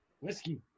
whiskey